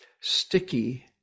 sticky